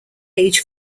age